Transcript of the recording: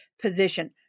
position